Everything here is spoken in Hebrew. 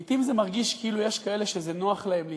לעתים זה מרגיש כאילו יש כאלה שזה נוח להם להתרחק,